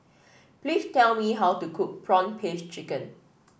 please tell me how to cook prawn paste chicken